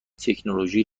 تکنولوژی